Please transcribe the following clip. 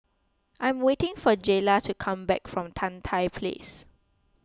I'm waiting for Jaylah to come back from Tan Tye Place